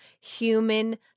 human